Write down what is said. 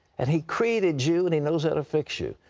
and he created you and he knows how to fix you.